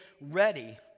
ready